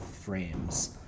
frames